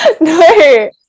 No